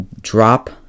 drop